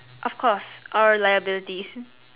of course or liabilities